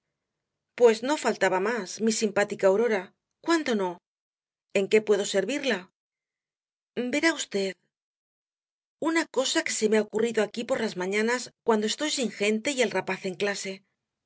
pues no faltaba más mi simpática aurora cuándo no en qué puedo servirla verá v una cosa que se me ha ocurrido aquí por la mañanas cuando estoy sin gente y el rapaz en clase